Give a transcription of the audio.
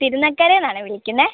തിരുനക്കരേന്ന് ആണ് വിളിക്കുന്നത്